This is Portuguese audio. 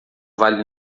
vale